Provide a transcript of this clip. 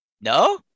No